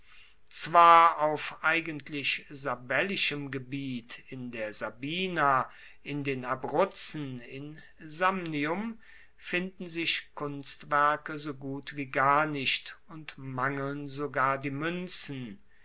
zwar auf eigentlich sabellischem gebiet in der sabina in den abruzzen in samnium finden sich kunstwerke so gut wie gar nicht und mangeln sogar die muenzen